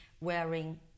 wearing